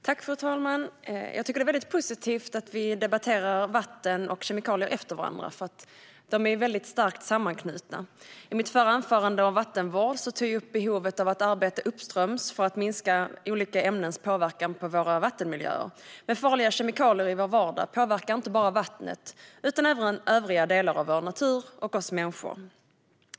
Fru talman! Jag tycker att det är mycket positivt att vi debatterar vatten och kemikalier efter varandra, eftersom de är mycket starkt sammanknutna. I mitt förra anförande om vattenvård tog jag upp behovet av att arbeta uppströms för att minska olika ämnens påverkan på våra vattenmiljöer. Men farliga kemikalier i vår vardag påverkar inte bara vattnet utan även övriga delar av vår natur och oss människor.